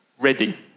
ready